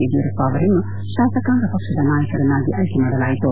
ಯಡಿಯೂರಪ್ಪ ಅವರನ್ನು ಶಾಸಕಾಂಗ ಪಕ್ಷದ ನಾಯಕರನ್ನಾಗಿ ಆಯ್ಲೆ ಮಾಡಲಾಯಿತು